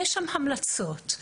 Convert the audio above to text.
יש המלצות,